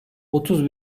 otuz